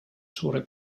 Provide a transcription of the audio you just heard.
suure